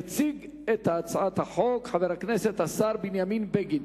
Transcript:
יציג את הצעת החוק חבר הכנסת השר בנימין בגין.